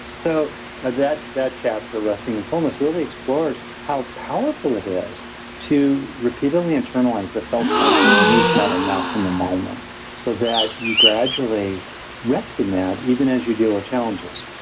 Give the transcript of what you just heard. so that that chapter resting and fullness really explores how powerful it is to repeatedly internalize the felt sense of needs met enough in the moment so that you gradually rest in that even as you deal with challenges.